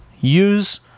use